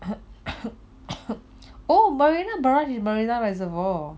oh marina barrage is marina reservoir